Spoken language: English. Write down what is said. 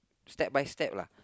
step by step lah